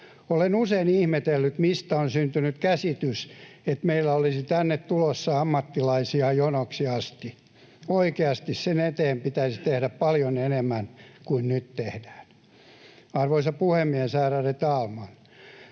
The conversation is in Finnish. Olen usein ihmetellyt, mistä on syntynyt käsitys, että meille olisi tänne tulossa ammattilaisia jonoksi asti. Oikeasti sen eteen pitäisi tehdä paljon enemmän kuin nyt tehdään. Arvoisa puhemies, ärade talman!